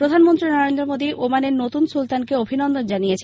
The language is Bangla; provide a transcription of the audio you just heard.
প্রধানমন্ত্রী নরেন্দ্র মোদী ওমানের নতুন সুলতানকে অভিনন্দন জানিয়েছেন